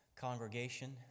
congregation